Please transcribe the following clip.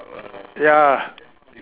ya